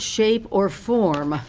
shape or form